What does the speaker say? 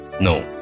No